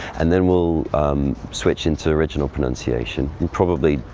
and then we'll switch into original pronunciation, and probably,